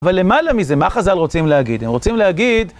אבל למעלה מזה, מה חזל רוצים להגיד? הם רוצים להגיד...